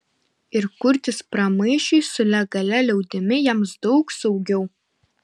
ir kurtis pramaišiui su legalia liaudimi jiems daug saugiau